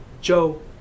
Joe